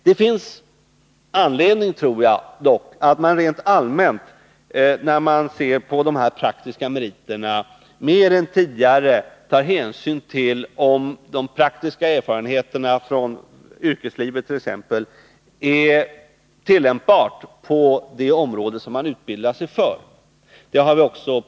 När det gäller dessa praktiska meriter från t.ex. yrkeslivet tror jag dock att det finns skäl att mer än tidigare ta hänsyn till om de är tillämpbara på det område som den studerande utbildar sig för.